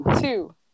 two